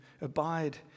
Abide